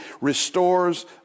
restores